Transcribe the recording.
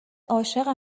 عاشق